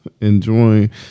enjoying